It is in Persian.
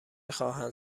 خواهند